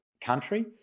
country